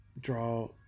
draw